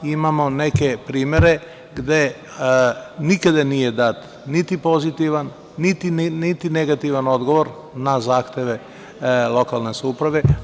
Imamo neke primere gde nikada nije dat niti pozitivan, niti negativan odgovor na zahteve lokalne samouprave.